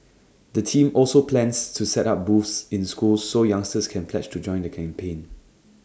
the team also plans to set up booths in schools so youngsters can pledge to join the campaign